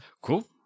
cool